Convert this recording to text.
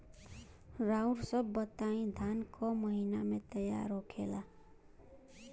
रउआ सभ बताई धान क महीना में तैयार होखेला?